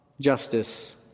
justice